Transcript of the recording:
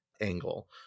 angle